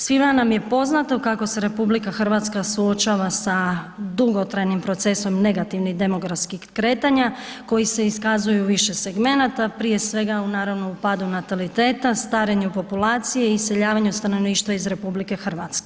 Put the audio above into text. Svima nam je poznato kako se RH suočava sa dugotrajnim procesom negativnih demografskih kretanja koji se iskazuju u više segmenata, prije svega u padu nataliteta, starenju populacije, iseljavanju stanovništva iz RH.